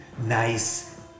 nice